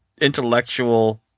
intellectual